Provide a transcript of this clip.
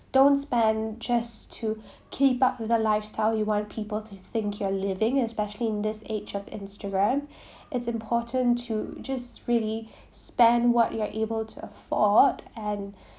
don't spend just to keep up with a lifestyle you want people to think you're living especially in this age of instagram it's important to just really spend what you are able to afford and